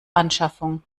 anschaffung